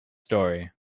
story